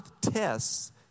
tests